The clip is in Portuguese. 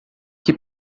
que